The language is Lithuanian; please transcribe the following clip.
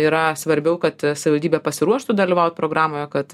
yra svarbiau kad savaldybė pasiruoštų dalyvaut programoje kad